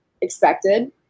expected